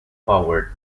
powered